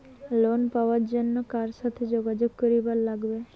Loan পাবার জন্যে কার সাথে যোগাযোগ করিবার লাগবে?